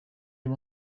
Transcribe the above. him